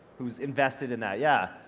who's invested in that? yeah,